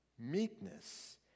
meekness